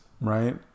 right